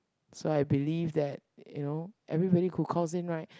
so I believe that you know everybody who calls in right